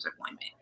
appointment